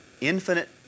infinite